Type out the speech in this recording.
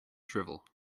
drivel